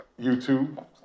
YouTube